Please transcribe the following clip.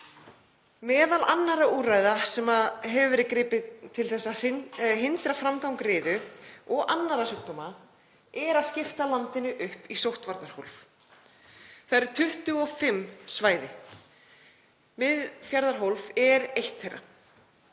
Meðal annarra úrræða sem gripið hefur verið til, til þess að hindra framgang riðu og annarra sjúkdóma, er að skipta landinu upp í sóttvarnahólf sem eru 25 svæði. Miðfjarðarhólf er eitt þeirra.